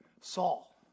Saul